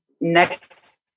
next